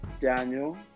Daniel